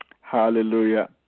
hallelujah